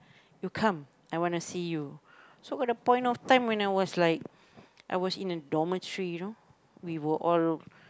you come I wanna see you so at the point of time when I was like I was in a dormitory you know we were all